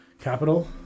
capital